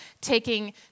taking